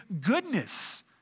goodness